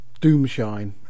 Doomshine